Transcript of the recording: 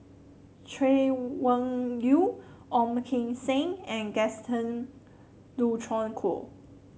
Chay Weng Yew Ong Kim Seng and Gaston Dutronquoy